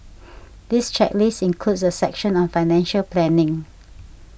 this checklist includes a section on financial planning